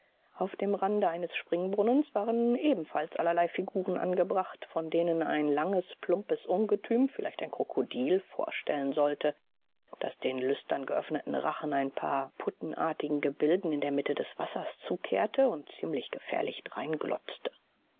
auf dem rande eines springbrunnens waren ebenfalls allerlei figuren angebracht von denen ein langes plumpes ungetüm vielleicht ein krokodil vorstellen sollte das den lüstern geöffneten rachen ein paar puttenartigen gebilden in der mitte des wassers zukehrte und ziemlich gefährlich